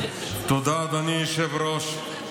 תודה, אדוני היושב-ראש.